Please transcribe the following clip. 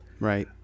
Right